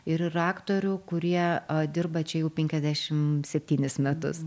ir yra aktorių kurie a dirba čia jau penkiasdešim septynis metus